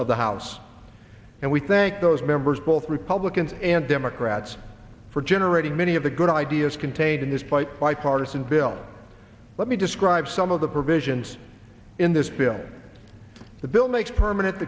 of the house and we thank those members both republicans and democrats for generating many of the good ideas contained in this bight bipartisan bill let me describe some of the provisions in this bill the bill makes permanent